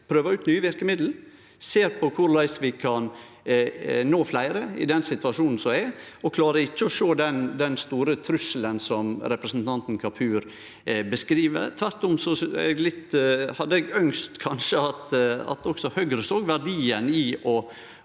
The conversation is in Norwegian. prøver ut nye verkemiddel og ser på korleis vi kan nå fleire i den situasjonen som er, og klarer ikkje å sjå den store trusselen som representanten Kapur beskriv. Tvert om hadde eg kanskje ønskt at også Høgre såg verdien i